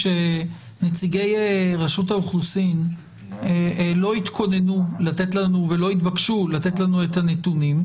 שנציגי רשות האוכלוסין לא התכוננו כי לא התבקשו לתת לנו את הנתונים,